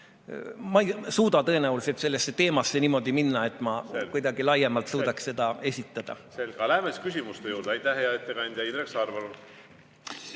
ma ei suuda tõenäoliselt sellesse teemasse niimoodi minna, et ma kuidagi laiemalt suudaks seda esitada.